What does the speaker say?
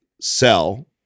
sell